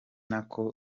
nako